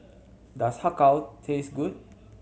does Har Kow taste good